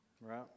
right